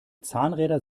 zahnräder